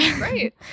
Right